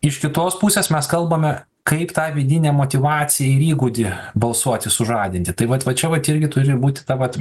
iš kitos pusės mes kalbame kaip tą vidinę motyvaciją ir įgūdį balsuoti sužadinti tai vat va čia vat irgi turi būti ta vat